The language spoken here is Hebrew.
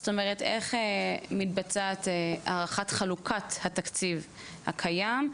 זאת אומרת, איך מתבצעת הערכת חלוקת התקציב הקיים?